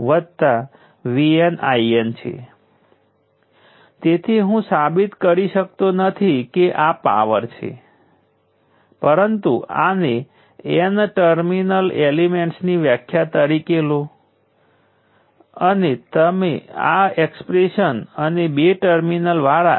તેથી તે ઉપરથી આપણે એવું પણ અનુમાન કરી શકીએ કે જો ઇન્ડક્ટર કરંટ IL વહન કરે છે તો તેની પાસે 12LIL2ની સંગ્રહિત એનર્જી હશે